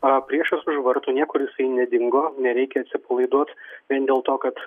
a priešas už vartų niekur nedingo nereikia atsipalaiduot vien dėl to kad